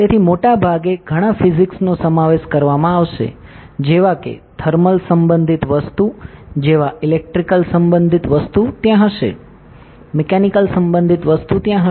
તેથી તેમાં મોટાભાગે ઘણા ફિઝિક્સ નો સમાવેશ કરવામાં આવશે જેવા કે થર્મલ સંબંધિત વસ્તુ જેવા ઈલેક્ટ્રિકલ સંબંધિત વસ્તુ ત્યાં હશે મિકેનિકલ સંબંધિત વસ્તુ ત્યાં હશે